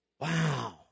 Wow